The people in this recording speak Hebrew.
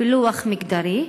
בפילוח מגדרי?